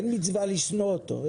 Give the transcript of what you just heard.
אין מצווה לשנוא אותו.